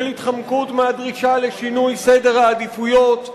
של התחמקות מהדרישה לשינוי סדר העדיפויות.